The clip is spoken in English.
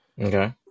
Okay